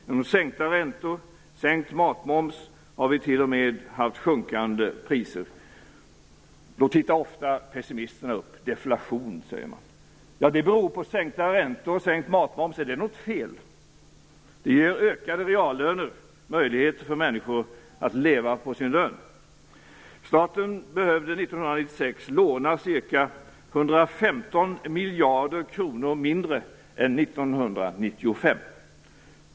Genom sänkta räntor och sänkt matmoms har vi t.o.m. haft sjunkande priser. Då tittar ofta pessimisterna upp. Deflation, säger de. Ja, det beror på sänkta räntor och sänkt matmoms - är det något fel? Det ger ökade reallöner och möjligheter för människor att leva på sin lön. Staten behövde 1996 låna ca 115 miljarder kronor mindre än 1995.